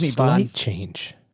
bond change.